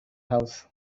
house